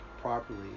properly